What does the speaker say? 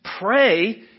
pray